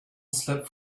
slept